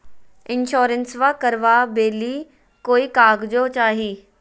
इंसोरेंसबा करबा बे ली कोई कागजों चाही?